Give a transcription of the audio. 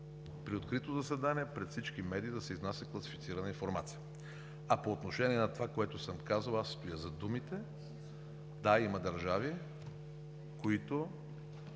при открито заседание, пред всички медии да се изнася класифицирана информация. А по отношение на това, което съм казал, аз си стоя зад думите, да, има държави, които